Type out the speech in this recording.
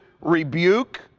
rebuke